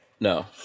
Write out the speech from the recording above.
No